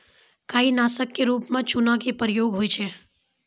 काई नासक क रूप म चूना के प्रयोग होय छै